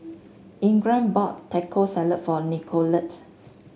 Ingram bought Taco Salad for Nicolette